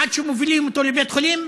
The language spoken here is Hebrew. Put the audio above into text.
עד שמובילים אותו לבית-חולים.